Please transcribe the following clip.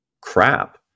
crap